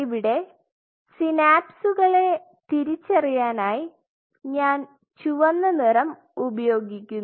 ഇവിടെ സിനാപ്സുകളെ തിരിച്ചറിയാനായി ഞാൻ ചുവന്ന നിറം ഉപയോഗിക്കുന്നു